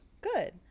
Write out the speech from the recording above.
good